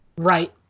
Right